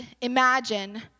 imagine